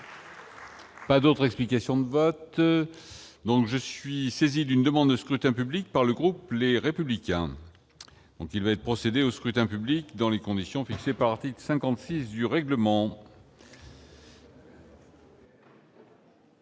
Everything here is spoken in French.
Pas d'autres explications de vote, donc je suis saisi d'une demande de scrutin public par le groupe, les républicains ont il va être procédé au scrutin public dans les conditions fixées par l'article 56 du règlement.